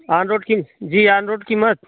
on road की जी on road कीमत